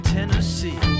Tennessee